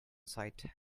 sight